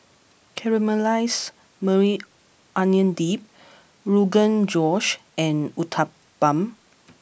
Caramelized Maui Onion Dip Rogan Josh and Uthapam